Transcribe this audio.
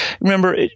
remember